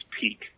peak